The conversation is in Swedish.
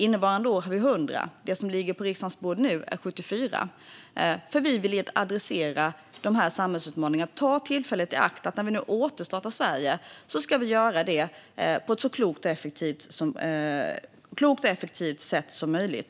Innevarande år har vi 100 miljarder, och det som ligger på riksdagens bord nu är 74 miljarder. Vi vill adressera de här samhällsutmaningarna och ta tillfället i akt när vi nu återstartar Sverige att göra det på ett så klokt och effektivt sätt som möjligt.